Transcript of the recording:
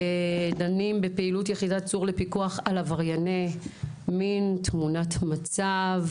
אנחנו דנים היום בפעילות יחידת צור על עברייני מין תמונת מצב,